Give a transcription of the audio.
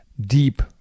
deep